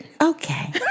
Okay